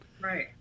Right